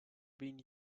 been